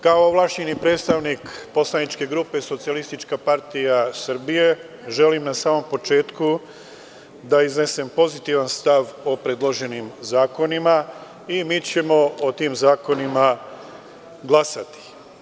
Kao ovlašćeni predstavnik poslaničke grupe SPS, želim na samom početku da iznesem pozitivan stav o predloženim zakonima i mi ćemo o tim zakonima glasati.